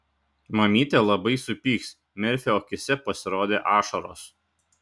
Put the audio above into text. mamytė labai supyks merfio akyse pasirodė ašaros